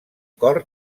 cor